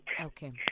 Okay